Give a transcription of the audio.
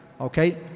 okay